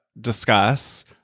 discuss